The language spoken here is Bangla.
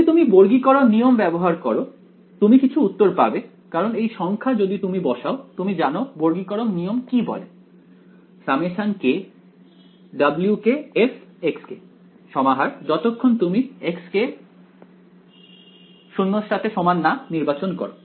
যদি তুমি বর্গীকরণ নিয়ম ব্যবহার করো তুমি কিছু উত্তর পাবে কারণ এই সংখ্যা যদি তুমি বসাও তুমি জানো বর্গীকরণ নিয়ম কি বলে kf সমাহার যতক্ষণ তুমি xk ≠ 0 নির্বাচন করো